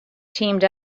teamed